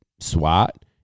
swat